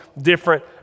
different